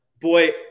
boy